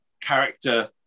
character